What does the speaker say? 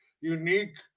unique